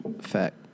Fact